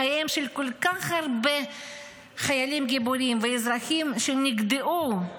חייהם של כל כך הרבה חיילים גיבורים ואזרחים נגדעו,